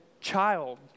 child